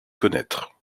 connaître